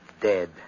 Dead